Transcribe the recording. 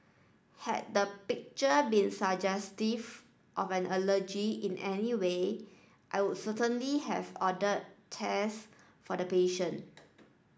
had the picture been suggestive of an allergy in any way I would certainly have order test for the patient